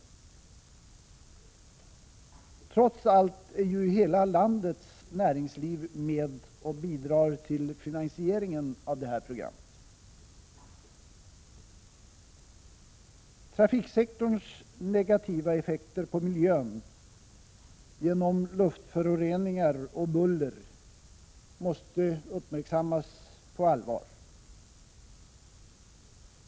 Trots allt är ju hela landets näringsliv med och bidrar till finansieringen av programmet. Trafiksektorns negativa effekter på miljön genom luftförorening och buller måste uppmärksammas på allvar.